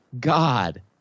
God